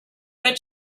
but